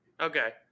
Okay